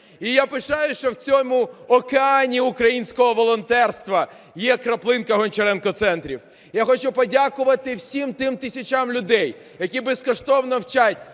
І я пишаюсь, що в цьому океані українського волонтерства є крапинка "Гончаренко Центрів". Я хочу подякувати всім тим тисячам людей, які безкоштовно вчать